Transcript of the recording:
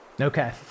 Okay